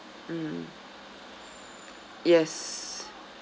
mm yes